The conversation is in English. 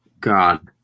God